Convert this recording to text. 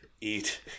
eat